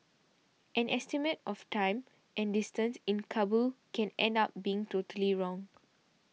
an estimate of time and distance in Kabul can end up being totally wrong